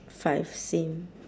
five same